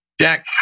Jack